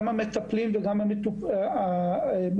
גם המטפלים וגם המטופלים,